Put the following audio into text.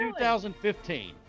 2015